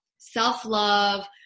self-love